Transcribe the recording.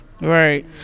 Right